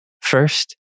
First